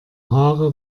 haare